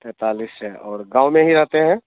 तैंतालीस है और गाँव में ही रहते हैं